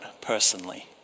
personally